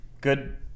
good